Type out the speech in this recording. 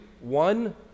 one